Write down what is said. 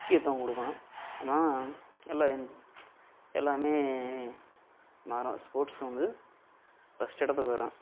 முக்கியத்துவம் கொடுக்கணும் அதுதான் எல்லாம் இந் எல்லாமே மாறும் ஸ்போர்ட்ஸ் வந்து ஃபஸ்ட்டு இடத்துக்கு வரும்